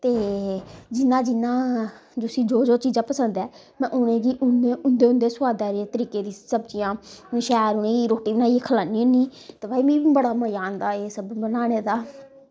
ते जियां जियां जिसी जो जो चीजां पसंद ऐ मैं उनेंगी उं'दे उं'दे सोआदा दा तरीके दी सब्जियां में शैल उनेंई रोटी बनाईयै खलानी होन्नी ते भाई मिकी बड़ा मज़ा आंदा एह् सब बनाने दा